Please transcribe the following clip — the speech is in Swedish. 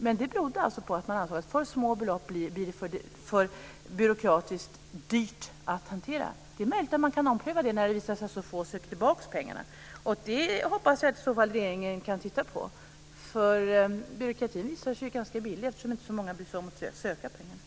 Men det berodde alltså på att man ansåg att för små belopp blir byråkratiskt för dyra att hantera. Det är möjligt att man kan ompröva detta när det visare sig att så få ansöker om att få tillbaka pengarna. Jag hoppas att regeringen i så fall kan titta på det. Byråkratin har ju visat sig vara ganska billig, eftersom det inte är så många som bryr sig om att söka pengar.